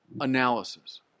analysis